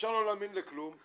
אפשר לא להאמין לכלום.